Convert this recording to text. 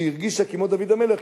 שהרגישה כמו דוד המלך,